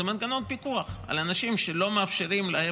זה מנגנון פיקוח על אנשים, שלא מאפשרים להם